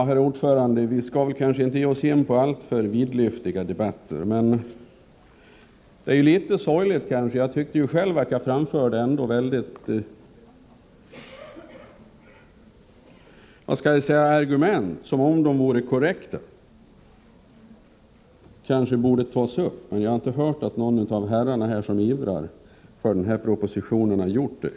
Herr talman! Vi kanske inte skall ge oss in på alltför vidlyftiga debatter. Det här är emellertid litet sorgligt. Jag framförde argument som om de vore korrekta borde ha tagits upp till debatt, men jag har inte hört att någon av herrarna här som ivrar för denna proposition har gjort det.